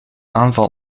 aanval